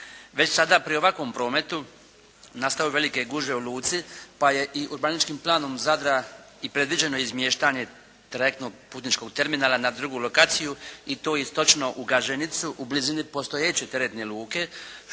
Već sada pri ovakvom prometu nastaju velike gužve u luci, pa je i urbanističkim planom Zadra i predviđeno izmještanje trajektnog putničkog terminala na drugu lokaciju i to iz točno u Gaženicu u blizini postojeće teretne luke,